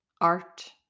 art